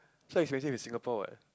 so expensive in Singapore what